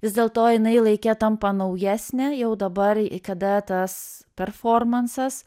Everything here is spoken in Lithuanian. vis dėlto jinai laike tampa naujesnė jau dabar kada tas performansas